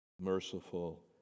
merciful